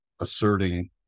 asserting